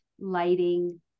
lighting